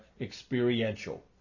experiential